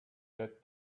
that